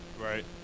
Right